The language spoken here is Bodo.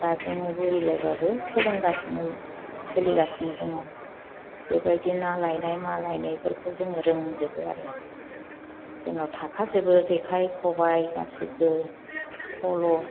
दा जोङो बुरैलायबाबो सोलोंगासिनो सोलिगासिनो दङ बेबायदि ना लायनाय मा लायनायफोरखौ जोङो रोंजोबो आरो जोंनाव थाखाजोबो जेखाइ खबाइ गासैबो फल'